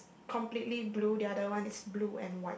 completely blue the other one is blue and white